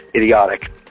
idiotic